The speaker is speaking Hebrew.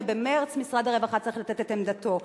ובמרס משרד הרווחה צריך לתת את עמדתו.